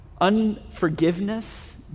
unforgiveness